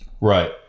Right